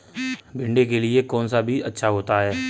भिंडी के लिए कौन सा बीज अच्छा होता है?